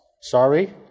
Sorry